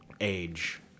age